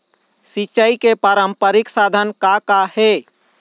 सिचाई के पारंपरिक साधन का का हे?